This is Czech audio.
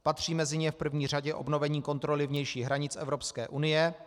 Patří mezi ně v první řadě obnovení kontroly vnějších hranic Evropské unie.